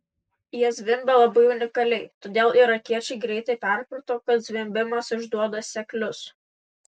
jie zvimbė labai unikaliai todėl irakiečiai greitai perprato kad zvimbimas išduoda seklius